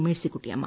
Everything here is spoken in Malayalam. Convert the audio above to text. മേഴ്സിക്കുട്ടിയമ്മ